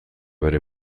bere